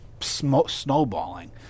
snowballing